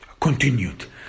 continued